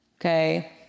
Okay